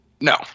No